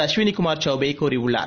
Ashwini Kumar சௌபேகூறியுள்ளார்